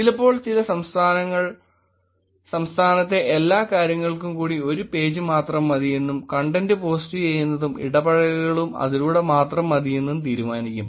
ചിലപ്പോൾ ചില സംസ്ഥാനങ്ങൾ സംസ്ഥാനത്തെ എല്ലാ കാര്യങ്ങൾക്കും കൂടി ഒരു പേജ് മാത്രം മതിയെന്നും കോൺടെന്റ് പോസ്റ്റ് ചെയ്യുന്നതും ഇടപഴകലുകളും അതിലൂടെ മാത്രം മതിയെന്നും തീരുമാനിക്കും